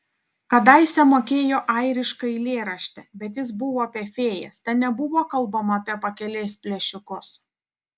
kadaise mokėjo airišką eilėraštį bet jis buvo apie fėjas ten nebuvo kalbama apie pakelės plėšikus